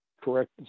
correct